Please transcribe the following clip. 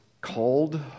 called